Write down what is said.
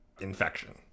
infection